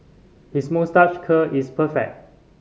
his moustache curl is perfect